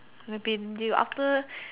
maybe you after